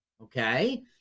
okay